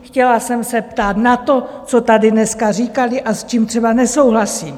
Chtěla jsem se ptát na to, co tady dneska říkali a s čím třeba nesouhlasím.